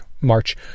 March